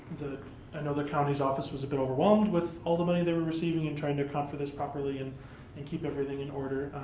the and the county's office was a bit overwhelmed with all the money they were receiving and trying to account for this properly and and keep everything in order,